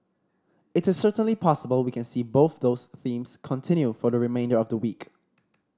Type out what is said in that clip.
it is certainly possible we can see both those themes continue for the remainder of the week